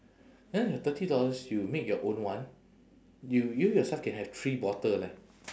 then your thirty dollars you make your own one you you yourself can make three bottle leh